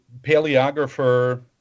paleographer